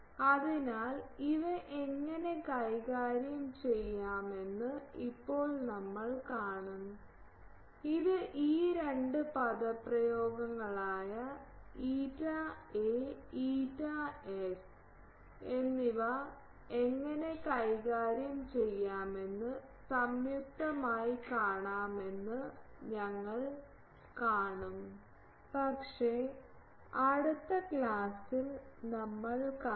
അതിനാൽ ഇവ എങ്ങനെ കൈകാര്യം ചെയ്യാമെന്ന് ഇപ്പോൾ നമ്മൾ കാണും ഇത് ഈ രണ്ട് പദപ്രയോഗങ്ങളായ ηA ηS എന്നിവ എങ്ങനെ കൈകാര്യം ചെയ്യാമെന്ന് സംയുക്തമായി കാണാമെന്ന് ഞങ്ങൾ കാണും പക്ഷേ അടുത്ത ക്ലാസ്സിൽ നമ്മൾ കാണും